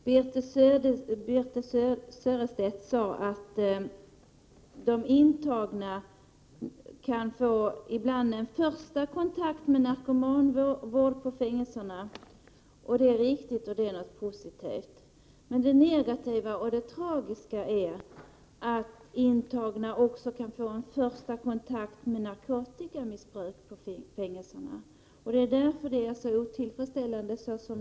Herr talman! Birthe Sörestedt sade att de intagna ibland kan få en första kontakt med narkomanvården på fängelserna. Det är riktigt och det är positivt. Men det negativa och det tragiska är att de intagna också kan få en första kontakt med narkotikamissbruket på fängelserna. Det är därför förhållandena i dag är så otillfredsställande.